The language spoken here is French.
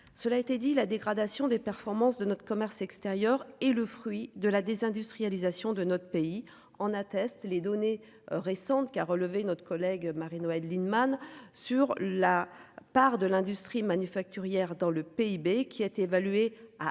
Cela a été dit la dégradation des performances de notre commerce extérieur est le fruit de la désindustrialisation de notre pays. En attestent les données récentes qui a relevé notre collègue Marie-Noëlle Lienemann sur la part de l'industrie manufacturière dans le PIB qui a été évalué à 9%